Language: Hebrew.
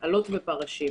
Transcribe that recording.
אלות ופרשים,